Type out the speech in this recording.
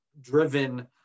driven